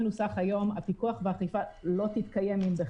הפיקוח והאכיפה לא יתקיימו.